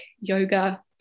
yoga